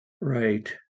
right